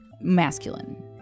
masculine